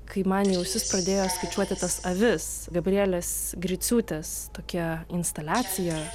kai man į ausis pradėjo skaičiuoti tas avis gabrielės griciūtės tokia instaliacija